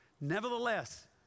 nevertheless